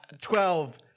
twelve